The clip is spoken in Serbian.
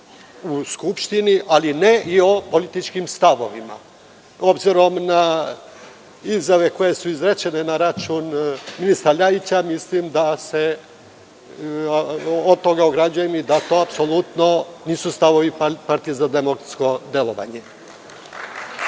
u Skupštini, ali ne i o političkim stavovima. Obzirom na izjave koje su izrečene na račun ministra Ljajića, od toga se ograđujem i to apsolutno nisu stavovi Partije za demokratsko delovanje.U